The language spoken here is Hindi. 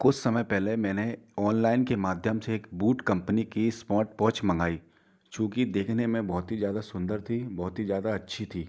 कुछ समय पहले मैंने ऑनलाइन के माध्यम से एक बूट कम्पनी की समौटवाच मंगाई जो कि देखने में बहुत ही ज़्यादा सुन्दर थी बहुत ही ज़्यादा अच्छी थी